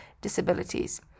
disabilities